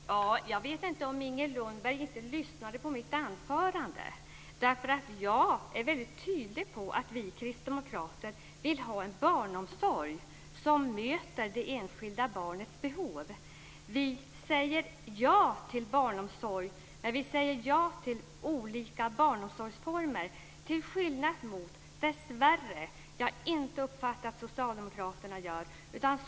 Fru talman! Jag vet inte om Inger Lundberg inte lyssnade på mitt anförande. Jag är väldigt tydlig med att vi kristdemokrater vill ha en barnomsorg som möter det enskilda barnets behov. Vi säger ja till barnomsorg, men vi säger ja till olika barnomsorgsformer till skillnad mot socialdemokraterna som jag dessvärre inte uppfattat gör det.